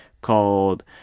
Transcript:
called